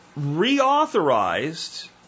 reauthorized